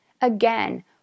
Again